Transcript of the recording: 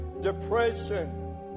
depression